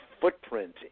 footprint